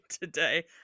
today